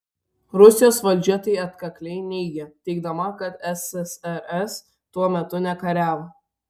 rusijos valdžia tai atkakliai neigia teigdama kad ssrs tuo metu nekariavo